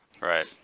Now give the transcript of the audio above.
right